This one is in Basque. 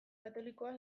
katolikoa